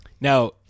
now